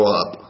up